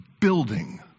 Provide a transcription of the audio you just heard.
building